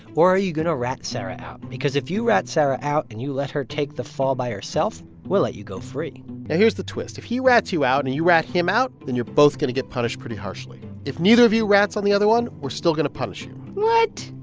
or are you going to rat sarah out? because if you rat sarah out and you let her take the fall by herself, we'll let you go free now yeah here's the twist. if he rats you out and you rat him out, then you're both going to get punished pretty harshly. if neither of you rats on the other one, we're still going to punish you what?